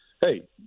hey